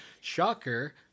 Shocker